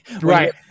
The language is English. right